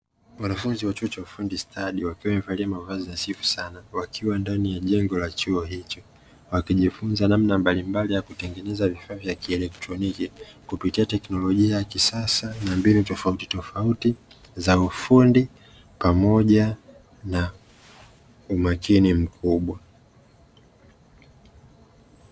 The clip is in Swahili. Wanafunzi wa chuo cha ufundi stadi wakiwa wamevalia mavazi nadhifu sana, wakiwa ndani ya jengo la chuo hicho wakijifunza namna mbalimbali ya kutengeneza vifaa vya kielektroniki kupitia teknolojia ya kisasa na mbinu tofauti tofauti za ufundi pamoja na umakin mkubwa.